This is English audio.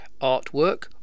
artwork